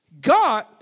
God